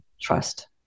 trust